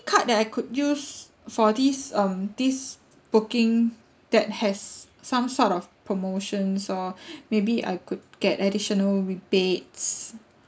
card that I could use for this um this booking that has some sort of promotions or maybe I could get additional rebates